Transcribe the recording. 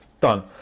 done